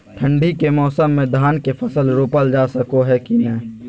ठंडी के मौसम में धान के फसल रोपल जा सको है कि नय?